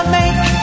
make